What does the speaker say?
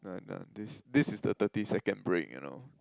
no no this this is the thirty second break you know